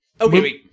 Okay